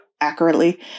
accurately